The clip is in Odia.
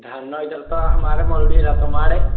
ଧାନ ଏଇଥର ତ ଆମ ଆଡ଼େ ମରୁଡ଼ି ହେଲା ତୁମ ଆଡ଼େ